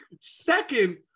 second